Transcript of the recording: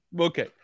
okay